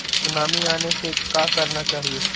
Tsunami आने से का करना चाहिए?